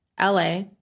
LA